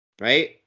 Right